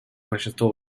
большинство